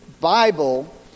Bible